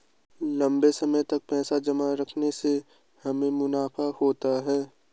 लंबे समय तक पैसे जमा रखने से हमें मुनाफा होता है